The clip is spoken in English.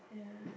yeah